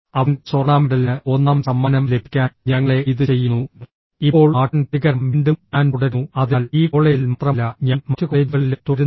അവൻ സ്വർണ്ണ മെഡലിന് ഒന്നാം സമ്മാനം ലഭിക്കാൻ ഞങ്ങളെ ഇത് ചെയ്യുന്നു ഇപ്പോൾ ആക്ഷൻ പ്രതികരണം വീണ്ടും ഞാൻ തുടരുന്നു അതിനാൽ ഈ കോളേജിൽ മാത്രമല്ല ഞാൻ മറ്റ് കോളേജുകളിലും തുടരുന്നു